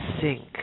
sink